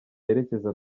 yerekeza